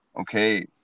okay